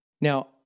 Now